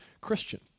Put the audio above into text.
Christian